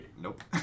Nope